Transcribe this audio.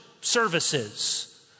services